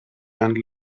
and